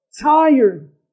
tired